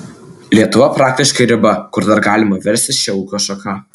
lietuva praktiškai riba kur dar galima verstis šia ūkio šaka